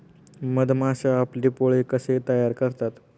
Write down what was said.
मधमाश्या आपले पोळे कसे तयार करतात?